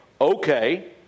okay